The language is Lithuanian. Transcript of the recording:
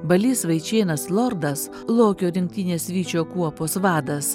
balys vaičėnas lordas lokio rinktinės vyčio kuopos vadas